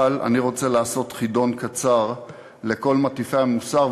אבל אני רוצה לעשות חידון קצר לכל מטיפי המוסר.